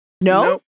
No